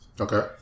Okay